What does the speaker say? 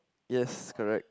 yes correct